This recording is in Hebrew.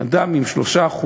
אדם עם 3%,